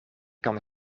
kan